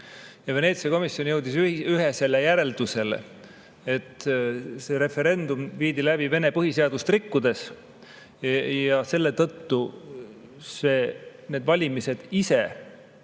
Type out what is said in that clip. Veneetsia komisjon jõudis ühesele järeldusele, et see referendum viidi läbi Vene põhiseadust rikkudes ja selle tõttu need valimised, mis